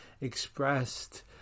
expressed